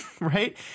Right